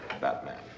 Batman